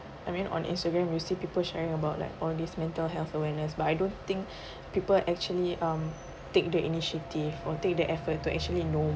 I mean on instagram you see people sharing about like all these mental health awareness but I don't think people actually um take the initiative or take the effort to actually know